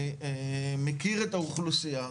אני מכיר את האוכלוסייה,